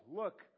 look